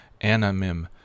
Anamim